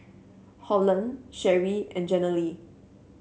Holland Sherrie and Jenilee